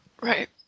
Right